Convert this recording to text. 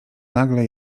nagle